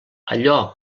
allò